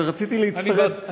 ורציתי להצטרף,